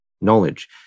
knowledge